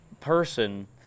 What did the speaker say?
person